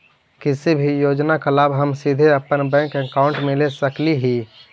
किसी भी योजना का लाभ हम सीधे अपने बैंक अकाउंट में ले सकली ही?